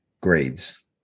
grades